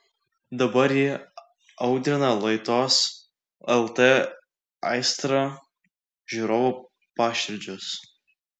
dabar ji audrina laidos lt aistra žiūrovų paširdžius